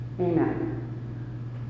Amen